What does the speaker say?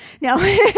No